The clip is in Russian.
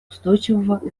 устойчивого